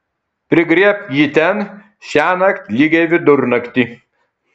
prigriebk jį ten šiąnakt lygiai vidurnaktį